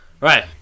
Right